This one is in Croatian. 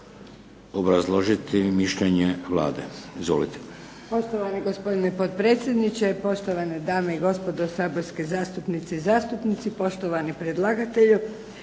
obrazložiti mišljenje Vlade. Izvolite.